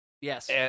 Yes